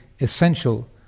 essential